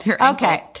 okay